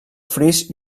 fris